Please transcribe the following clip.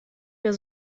der